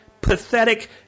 pathetic